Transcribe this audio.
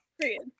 Period